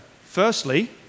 Firstly